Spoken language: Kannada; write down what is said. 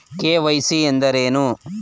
ಕೆ.ವೈ.ಸಿ ಎಂದರೇನು?